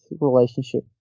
relationship